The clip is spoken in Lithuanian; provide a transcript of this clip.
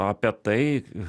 apie tai